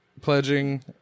pledging